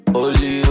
Holy